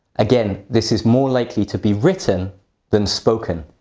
again, this is more likely to be written than spoken.